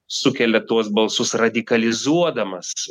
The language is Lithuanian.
sukelia tuos balsus radikalizuodamas